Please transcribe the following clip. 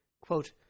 Quote